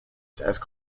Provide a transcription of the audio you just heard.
services